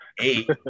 Eight